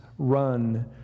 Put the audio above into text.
Run